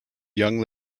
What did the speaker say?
young